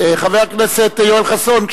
חבר הכנסת יואל חסון,